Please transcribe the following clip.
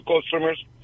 customers